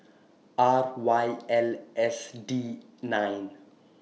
R Y L S D nine